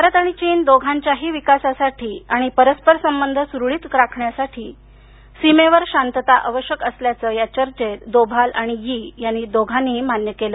भारत आणि चीन दोघांच्याही विकासासाठी आणि परस्पर संबंध सुरळित राखण्यासाठी सीमेवर शांतता आवश्यक असल्याचं या चर्चेत दोभाल आणि यी या दोघांनीही मान्य केल